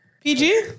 pg